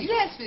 Yes